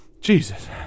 Jesus